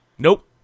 Nope